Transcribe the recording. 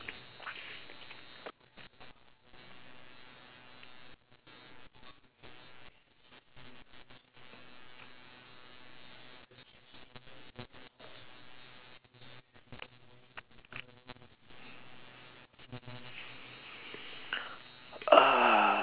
ah